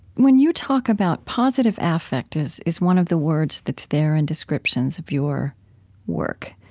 when you talk about positive affect is is one of the words that's there in descriptions of your work.